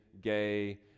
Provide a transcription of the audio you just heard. gay